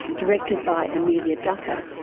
directed by amelia ducker,